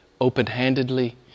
open-handedly